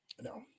no